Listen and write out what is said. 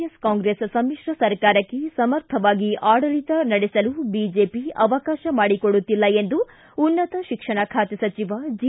S Congress ಸಮಿಶ್ರ ಸರ್ಕಾರಕ್ಕೆ ಸಮರ್ಥವಾಗಿ ಆಡಳಿತ ನಡೆಸಲು ಬಿಜೆಪಿ ಅವಕಾಶ ಮಾಡಿ ಕೊಡುತ್ತಿಲ್ಲ ಎಂದು ಉನ್ನತ ಶಿಕ್ಷಣ ಖಾತೆ ಸಚಿವ ಜಿ